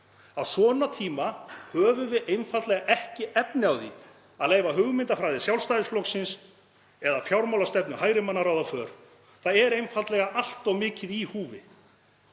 Á svona tíma höfum við einfaldlega ekki efni á því að leyfa hugmyndafræði Sjálfstæðisflokksins eða fjármálastefnu hægri manna að ráða för. Það er einfaldlega allt of mikið í húfi.